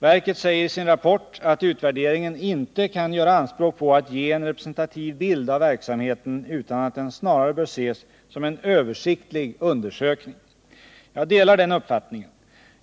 Verket säger i sin rapport att utvärderingen inte kan göra anspråk på att ge en representativ bild av verksamheten, utan att den snarare bör ses som en översiktlig undersökning. Jag delar den uppfattningen.